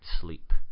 sleep